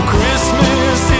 Christmas